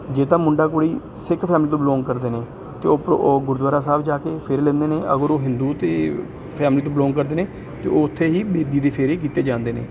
ਜੇ ਤਾਂ ਮੁੰਡਾ ਕੁੜੀ ਸਿੱਖ ਫੈਮਲੀ ਤੋਂ ਬਿਲੋਂਗ ਕਰਦੇ ਨੇ ਅਤੇ ਓ ਉਹ ਗੁਰਦੁਆਰਾ ਸਾਹਿਬ ਜਾ ਕੇ ਫੇਰੇ ਲੈਂਦੇ ਨੇ ਅਗਰ ਉਹ ਹਿੰਦੂ ਤੇ ਫੈਮਲੀ ਤੋਂ ਬਿਲੋਂਗ ਕਰਦੇ ਨੇ ਅਤੇ ਉੱਥੇ ਹੀ ਬੇਦੀ ਦੇ ਫੇਰੇ ਕੀਤੇ ਜਾਂਦੇ ਨੇ